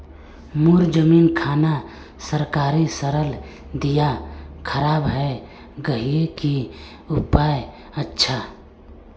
मोर जमीन खान सरकारी सरला दीया खराब है गहिये की उपाय अच्छा?